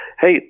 Hey